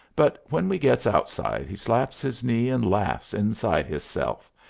but when we gets outside he slaps his knee and laughs inside hisself,